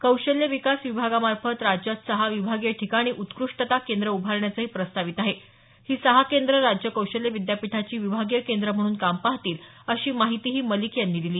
कौशल्य विकास विभागामार्फत राज्यात सहा विभागीय ठिकाणी उत्कृष्टता केंद्र उभारण्याचंही प्रस्तावित आहे ही सहा केंद्रं राज्य कौशल्य विद्यापीठाची विभागीय केंद्रे म्हणून काम पाहतील अशी माहितीही मलिक यांनी दिली